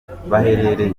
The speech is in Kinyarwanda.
baherereye